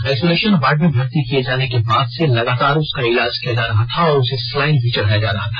isolation ward में भर्ती किए जाने के बाद से लगातार उसका इलाज किया जा रहा था और उसे स्लाइन भी चढ़ाया जा रहा था